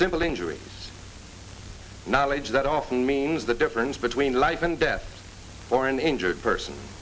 simple injury knowledge that often means the difference between life and death for an injured person